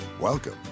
Welcome